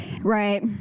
Right